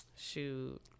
Shoot